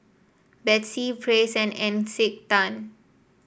Betsy Praise and Encik Tan